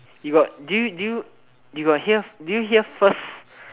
you got do you do you you got hear did you hear first